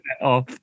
off